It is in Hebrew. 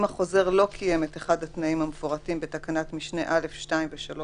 אם החוזר לא קיים את אחד התנאים המפורטים בתקנת משנה (א)(2) ו-(3),